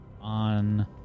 on